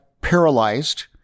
paralyzed